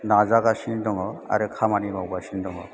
नाजागासिनो दङ आरो खामानि मावगासिनो दङ